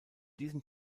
diesen